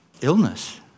illness